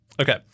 Okay